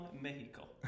Mexico